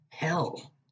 hell